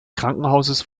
krankenhauses